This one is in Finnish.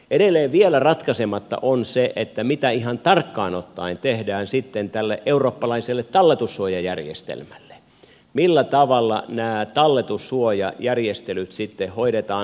edelleen vielä ratkaisematta on se mitä ihan tarkkaan ottaen tehdään sitten tälle eurooppalaiselle talletussuojajärjestelmälle millä tavalla nämä talletussuojajärjestelyt sitten hoidetaan